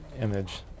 image